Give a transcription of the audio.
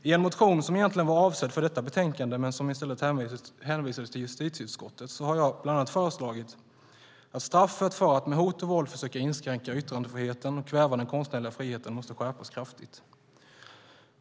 I en motion som egentligen var avsedd för detta betänkande, men som i stället hänvisades till justitieutskottet, har jag bland annat föreslagit att straffet för att med hot och våld försöka inskränka yttrandefriheten och kväva den konstnärliga friheten måste skärpas kraftigt.